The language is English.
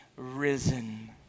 Risen